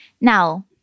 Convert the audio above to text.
Now